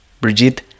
Brigitte